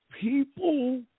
People